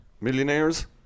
millionaires